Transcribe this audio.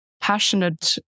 passionate